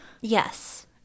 yes